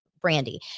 Brandy